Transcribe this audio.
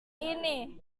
ini